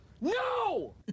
No